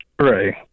Right